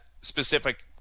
specific